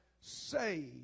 saved